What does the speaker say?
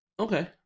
Okay